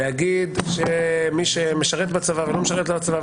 להגיד שמי שמשרת בצבא ולא משרת בצבא,